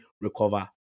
recover